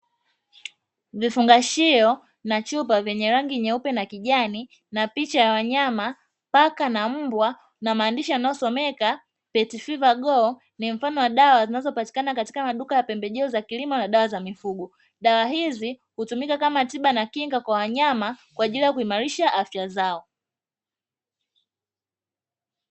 Vifungashio na chupa vyenye rangi nyekundu na kijani, picha za wanyama, paka na mbwa na maandishi yasomekayo "pet fever go" ni mfano wa dawa zinazopatikana katika maduka ya pembejeo za kilimo na mifugo. Dawa hizi hutumika kwa wanyama kwa ajili kuimarisha afya zao.